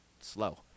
slow